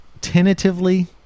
tentatively